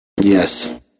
yes